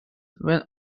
when